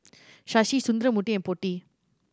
Shashi Sundramoorthy and Potti